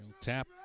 tap